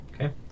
Okay